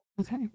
Okay